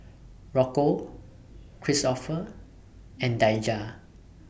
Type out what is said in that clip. Rocco Kristoffer and Daijah